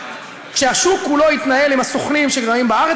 כשהשוק כולו התנהל עם הסוכנים שגרים בארץ,